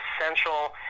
essential